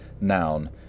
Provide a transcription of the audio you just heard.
Noun